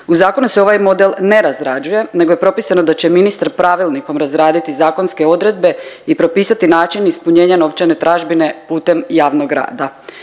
U zakonu se ovaj model ne razrađuje nego je propisano da će ministar pravilnikom razraditi zakonske odredbe i propisati način ispunjenja novčane tražbine putem javnog rada.